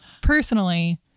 personally